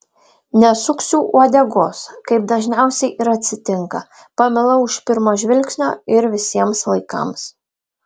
nesuksiu uodegos kaip dažniausiai ir atsitinka pamilau iš pirmo žvilgsnio ir visiems laikams